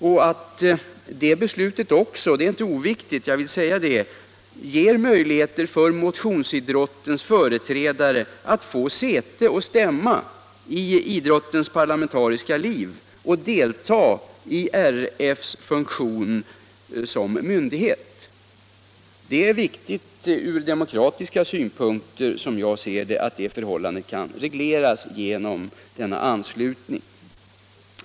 Och att beslutet ger möjligheter för motionsidrottens företrädare att få säte och stämma i idrottens parlamentariska liv och delta i RF:s funktion som myndighet är viktigt ur demokratisk synpunkt.